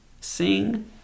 sing